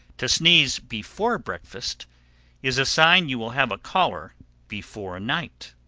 to sneeze before breakfast is a sign you will have a caller before night.